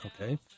Okay